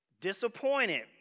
disappointed